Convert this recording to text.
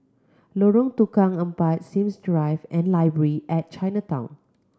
Lorong Tukang Empat Sims Drive and Library at Chinatown